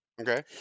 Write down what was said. Okay